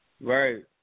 Right